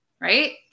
Right